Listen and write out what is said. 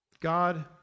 God